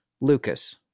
Lucas